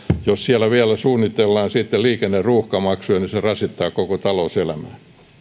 jos siellä vielä suunnitellaan sitten liikenneruuhkamaksuja niin se rasittaa koko talouselämää